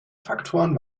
faktoren